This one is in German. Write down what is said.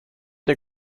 der